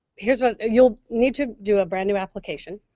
here's what you'll need to do a brand new application,